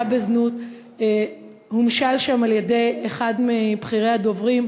בזנות הומשלו שם על-ידי אחד מבכירי הדוברים,